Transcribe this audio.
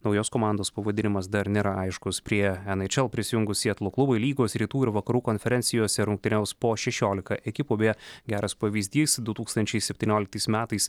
naujos komandos pavadinimas dar nėra aiškus prie en eič el prisijungus sietlo klubui lygos rytų ir vakarų konferencijose rungtyniaus po šešiolika ekipų beje geras pavyzdys du tūkstančiai septynioliktais metais